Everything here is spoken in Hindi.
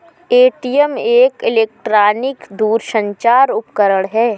ए.टी.एम एक इलेक्ट्रॉनिक दूरसंचार उपकरण है